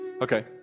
Okay